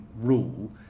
rule